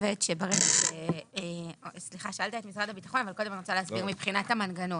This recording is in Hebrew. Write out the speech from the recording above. שאלת את משרד הביטחון אבל אני רוצה להסביר מבחינת המנגנון.